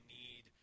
need